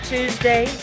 Tuesday